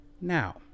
now